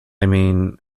mean